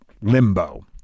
limbo